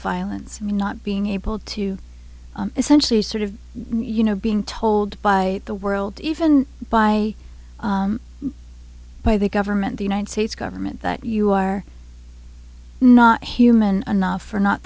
violence of not being able to essentially sort of you know being told by the world even by by the government the united states government that you are not human enough or not